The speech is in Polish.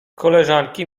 koleżanki